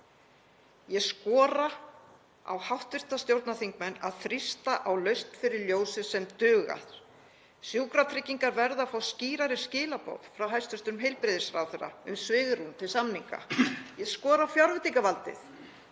Ég skora á hv. stjórnarþingmenn að þrýsta á lausn fyrir Ljósið sem dugar. Sjúkratryggingar verða að fá skýrari skilaboð frá hæstv. heilbrigðisráðherra um svigrúm til samninga. Ég skora á fjárveitingavaldið